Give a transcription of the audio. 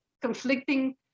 conflicting